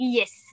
yes